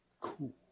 Cool